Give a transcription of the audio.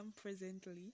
presently